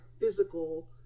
physical